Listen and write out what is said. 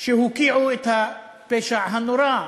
שהוקיעו את הפשע הנורא,